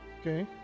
Okay